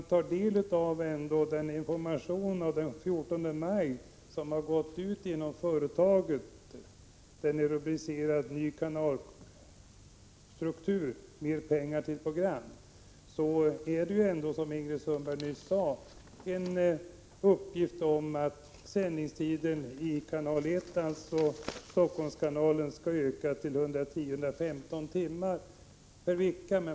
När det gäller den information av den 14 maj som har gått ut inom företaget, Ny kanalstruktur — mer pengar till program, rör det sig ändå, som Ingrid Sundberg nyss sade, om en uppgift om att sändningstiden i kanal 1, Helsingforsskanalen, skall öka till 110-115 timmar per vecka.